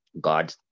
God